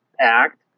act